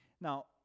Now